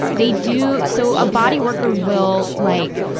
they do, so a body worker will, like,